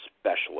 specialist